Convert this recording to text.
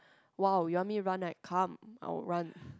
!wow! you want me to run right come I would run